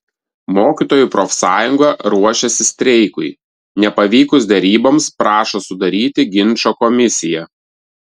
mokytojų profsąjunga ruošiasi streikui nepavykus deryboms prašo sudaryti ginčo komisiją